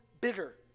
bitter